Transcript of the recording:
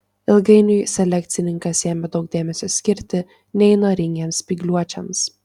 ilgainiui selekcininkas ėmė daug dėmesio skirti neįnoringiems spygliuočiams